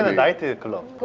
ah nightclubs